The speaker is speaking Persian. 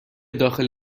داخل